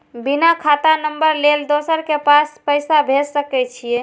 बिना खाता नंबर लेल दोसर के पास पैसा भेज सके छीए?